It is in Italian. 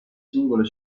singole